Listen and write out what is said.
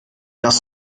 das